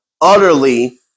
utterly